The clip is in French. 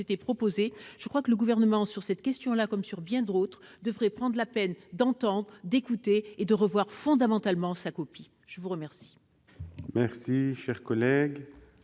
proposées, je crois que le Gouvernement, sur cette question comme sur beaucoup d'autres, devrait prendre la peine d'entendre, d'écouter, et revoir fondamentalement sa copie ! Je vous remercie,